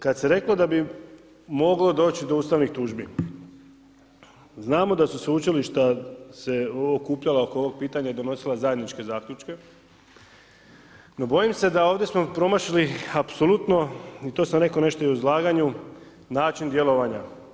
Kada se reklo da bi moglo doći do ustavnih tužbi, znamo da su sveučilišta se okupljala oko ovog pitanja i donosila zajedničke zaključke, no bojim se, da ovdje smo promašili apsolutno i to sam rekao nešto i u izlaganju način djelovanja.